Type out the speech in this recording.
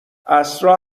عصرا